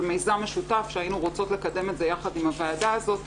מיזם משותף שהיינו רוצות לקדם יחד עם הוועדה הזאת,